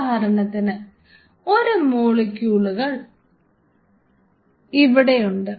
ഉദാഹരണത്തിന് ഒരു മോളിക്യൂൾ ഇവിടെ ഉണ്ട്